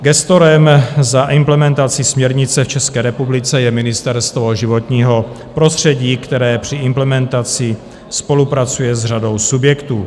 Gestorem za implementaci směrnice v České republice je Ministerstvo životního prostředí, které při implementaci spolupracuje s řadou subjektů.